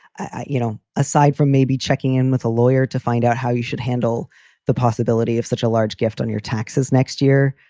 ah you know, aside from maybe checking in with a lawyer to find out how you should handle the possibility of such a large gift on your taxes next year,